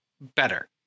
better